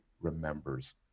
remembers